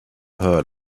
heard